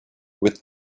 with